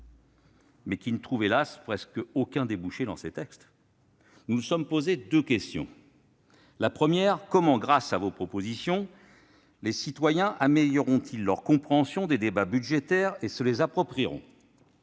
il ne trouve presque aucun débouché dans ces textes. Nous nous sommes posé deux questions. Comment, grâce à ces propositions de loi, les citoyens amélioreront-ils leur compréhension des débats budgétaires et se les approprieront-ils